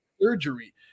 surgery